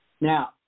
Now